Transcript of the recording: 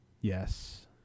Yes